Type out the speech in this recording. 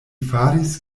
faris